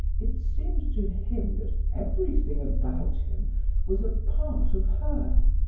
it seemed to him that everything about him was a part of her,